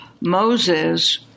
Moses